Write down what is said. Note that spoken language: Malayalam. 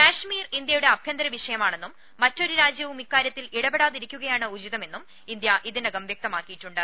കശ്മീർ ഇന്ത്യയുടെ ആഭ്യന്തര വിഷയമാണെന്നും മറ്റൊരു രാജ്യവും ഇക്കാരൃത്തിൽ ഇടപെടാതിരിക്കുകയാണ് ഉചിതമെന്നും ഇന്ത്യ ഇതിനകം വൃക്തമാക്കിയിട്ടുണ്ട്